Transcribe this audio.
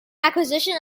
acquisition